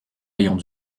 rayons